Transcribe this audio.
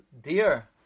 Dear